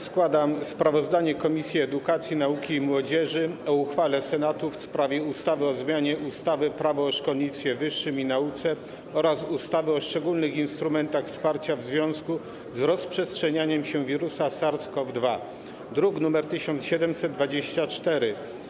Składam sprawozdanie Komisji Edukacji, Nauki i Młodzieży o uchwale Senatu w sprawie ustawy o zmianie ustawy - Prawo o szkolnictwie wyższym i nauce oraz ustawy o szczególnych instrumentach wparcia w związku z rozprzestrzenianiem się wirusa SARS-CoV-2, druk nr 1724.